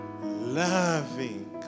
loving